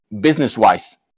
business-wise